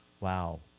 Wow